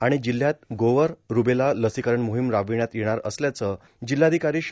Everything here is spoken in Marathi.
आणि जिल्ह्यात गोवर रुबेला लसीकरण मोहीम राबविण्यात येणार असल्याचं जिल्हाधिकारी श्री